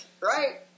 right